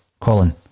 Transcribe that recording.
Colin